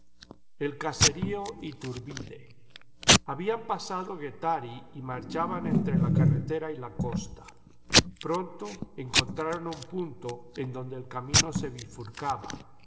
el caserío ithurbide habían pasado guethary y marchaban entre la carretera y la costa pronto encontraron un punto en donde el camino se bifurcaba